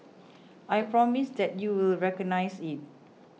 I promise that you will recognise it